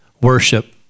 worship